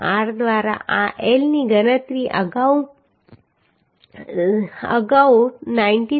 r દ્વારા આ L ની ગણતરી અગાઉ 93